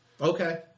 Okay